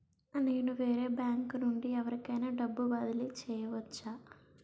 నేను వేరే బ్యాంకు నుండి ఎవరికైనా డబ్బు బదిలీ చేయవచ్చా?